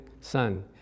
son